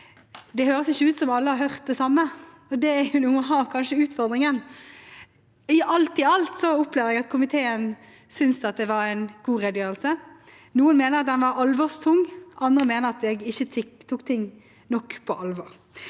det ikke høres ut som alle har hørt det samme, og det er kanskje noe av utfordringen. Alt i alt opplever jeg at komiteen synes det var en god redegjørelse. Noen mener at den var alvorstung, andre mener at jeg ikke tok ting nok på alvor.